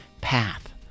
path